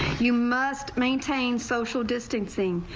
you must maintain social distancing.